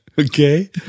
Okay